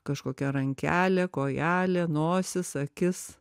kažkokia rankelė kojelė nosis akis